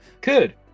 Good